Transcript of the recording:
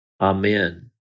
Amen